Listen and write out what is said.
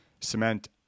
cement